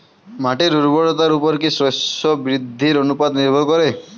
মাটির উর্বরতার উপর কী শস্য বৃদ্ধির অনুপাত নির্ভর করে?